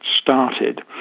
started